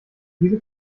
diese